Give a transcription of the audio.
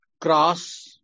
cross